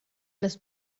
las